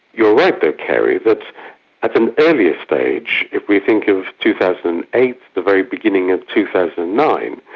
you're right though, keri, that at an earlier stage, if we think of two thousand and eight, the very beginning of two thousand and nine,